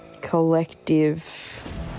collective